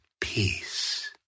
Peace